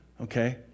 okay